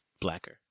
blacker